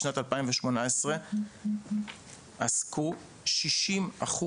בשנת 2018 עסקו 60%